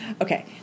Okay